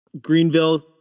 Greenville